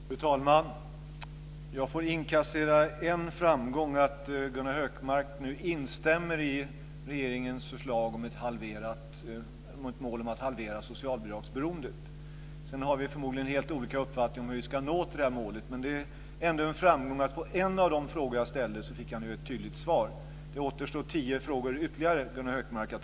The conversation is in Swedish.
Fru talman! Jag får inkassera en framgång. Det är att Gunnar Hökmark nu instämmer i regeringens förslag om ett mål att halvera socialbidragsberoendet. Sedan har vi förmodligen helt olika uppfattningar om hur vi ska nå detta mål, men det är ändå en framgång att jag på en av de frågor som jag ställde nu fick ett tydligt svar. Det finns ytterligare tio frågor att hantera, Gunnar Hökmark.